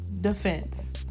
defense